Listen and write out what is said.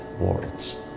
words